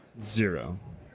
Zero